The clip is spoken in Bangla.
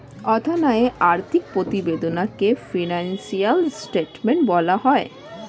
অর্থায়নে আর্থিক প্রতিবেদনকে ফিনান্সিয়াল স্টেটমেন্ট বলা হয়